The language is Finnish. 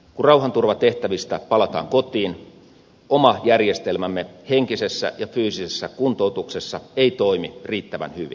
kun rauhanturvatehtävistä palataan kotiin oma järjestelmämme henkisessä ja fyysisessä kuntoutuksessa ei toimi riittävän hyvin